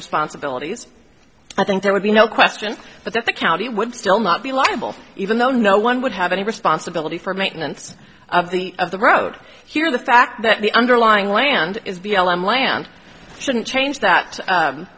responsibilities i think there would be no question but that the county would still not be liable even though no one would have any responsibility for maintenance of the of the road here the fact that the underlying land is b l m land shouldn't change that